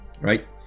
right